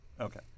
Okay